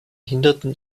hinderten